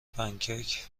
پنکیک